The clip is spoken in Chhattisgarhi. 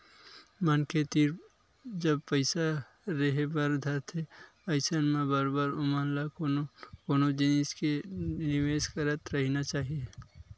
मनखे तीर जब पइसा रेहे बर धरथे अइसन म बरोबर ओमन ल कोनो न कोनो जिनिस म निवेस करत रहिना चाही